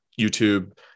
YouTube